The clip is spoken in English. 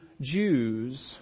Jews